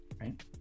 right